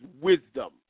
wisdom